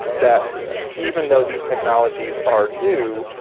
that even though these technologies are new,